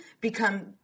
become